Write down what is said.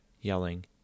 yelling